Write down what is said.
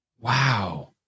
Wow